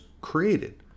created